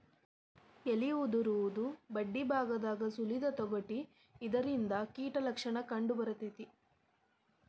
ಎಲಿ ಉದುರುದು ಬಡ್ಡಿಬಾಗದಾಗ ಸುಲಿದ ತೊಗಟಿ ಇದರಿಂದ ಕೇಟ ಲಕ್ಷಣ ಕಂಡಬರ್ತೈತಿ